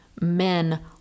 men